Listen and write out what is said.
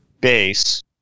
base